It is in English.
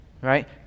right